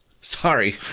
Sorry